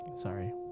Sorry